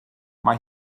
mae